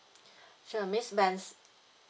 so miss bens~